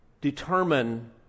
determine